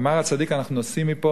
אמר הצדיק: אנחנו נוסעים מפה,